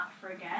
forget